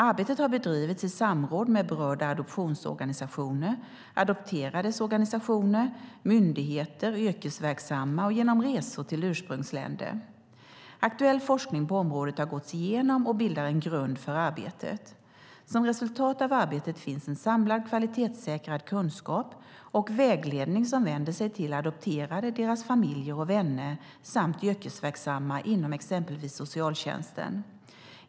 Arbetet har bedrivits i samråd med berörda adoptionsorganisationer, adopterades organisationer, myndigheter och yrkesverksamma och genom resor till ursprungsländer. Aktuell forskning på området har gåtts igenom och bildar en grund för arbetet. Som resultat av arbetet finns samlad, kvalitetssäkrad kunskap och vägledning som vänder sig till adopterade, deras familjer och vänner samt yrkesverksamma inom exempelvis socialtjänsten.